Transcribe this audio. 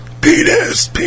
Penis